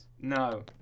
No